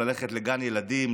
ללכת לגן ילדים,